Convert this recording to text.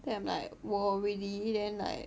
then I'm like !woah! already then like